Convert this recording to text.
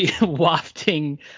wafting